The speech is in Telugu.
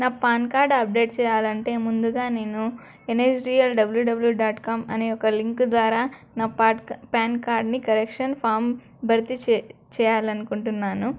నా పాన్ కార్డు అప్డేట్ చేయాలంటే ముందుగా నేను ఎన్ఎస్డిఎల్ డబ్ల్యూడబ్ల్యూ డాట్ కామ్ అనే ఒక లింక్ ద్వారా నా పాట్ పాన్ కార్డ్ని కరెక్షన్ ఫామ్ భర్తి చే చేయాలనుకుంటున్నాను